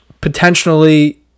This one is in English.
potentially